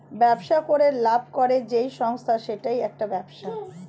ব্যবসা করে লাভ করে যেই সংস্থা সেইটা একটি ব্যবসা